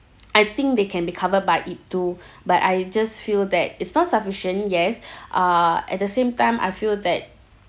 I think they can be covered by it too but I just feel that it's not sufficient yes uh at the same time I feel that